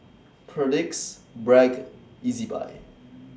Perdix Bragg and Ezbuy